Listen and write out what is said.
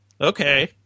Okay